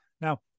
Now